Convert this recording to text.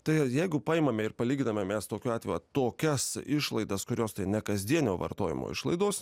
tai jeigu paimame ir palyginame mes tokiu atveju tokias išlaidas kurios tai ne kasdienio vartojimo išlaidos